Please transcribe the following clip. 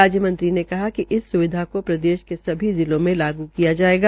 राज्य मंत्री ने कहा कि इस स्विधा को प्रदेश के सभी जिलों में लागू किया जाएगा